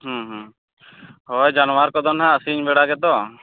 ᱦᱚᱭ ᱡᱟᱱᱣᱟᱨ ᱠᱚᱫᱚ ᱱᱟᱦᱟᱜ ᱥᱤᱧ ᱵᱮᱲᱟᱜᱮ ᱫᱚ